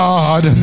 God